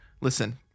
listen